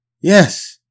Yes